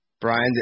Brian